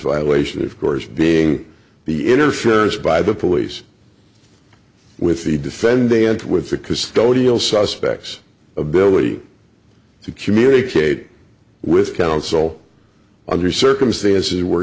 violation of course being the interference by the police with the defendant with the custodial suspects ability to communicate with counsel under circumstances where